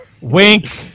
wink